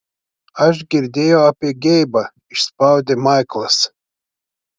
aš girdėjau apie geibą išspaudė maiklas